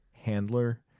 handler